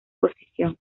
posición